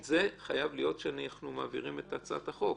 זה חייב להיות כשאנחנו מעבירים את הצעת החוק.